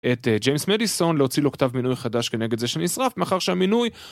את ג'יימס מדיסון להוציא לו כתב מינוי חדש כנגד זה שנשרף מאחר שהמינוי